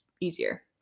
easier